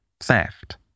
theft